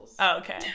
Okay